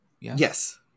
Yes